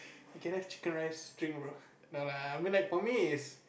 can I have chicken rice string bro no lah I'm gonna like for me is